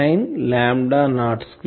199 lambda not square